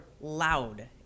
loud